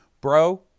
Bro